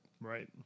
Right